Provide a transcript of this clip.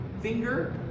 finger